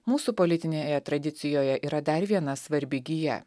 mūsų politinėje tradicijoje yra dar viena svarbi gija